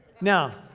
Now